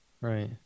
Right